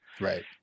Right